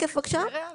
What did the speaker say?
(שקף: סיכום סטטוס חוק סיעוד).